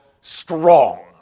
strong